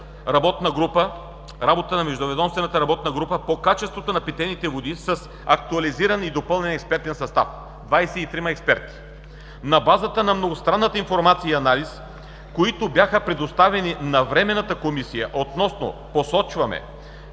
работна група по качеството на питейните води с актуализиран и допълнен експертен състав ( 23 експерти). На базата на многостранната информация и анализи, които бяха представени на Временната комисия, отново посочваме,